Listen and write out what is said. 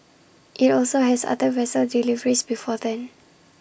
IT also has other vessel deliveries before then